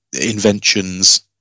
inventions